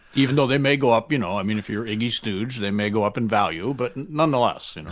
even though they may go up, you know i mean if you're iggy stooge they may go up in value, but and nonetheless. you know